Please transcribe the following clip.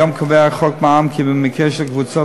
היום קובע חוק מס ערך מוסף כי במקרה של קבוצת